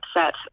upset